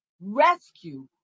rescue